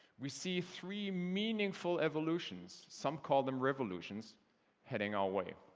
we see three meaningful evolutions some call them revolutions heading our way.